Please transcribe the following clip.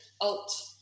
alt